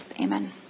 Amen